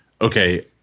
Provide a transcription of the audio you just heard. Okay